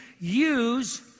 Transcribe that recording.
use